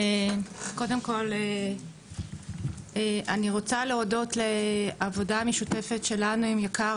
קודם כל אני רוצה להודות לעבודה המשותפת שלנו עם יק"ר,